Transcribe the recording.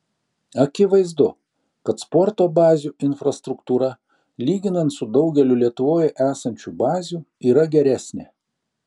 akivaizdu kad sporto bazių infrastruktūra lyginant su daugeliu lietuvoje esančių bazių yra geresnė